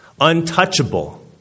Untouchable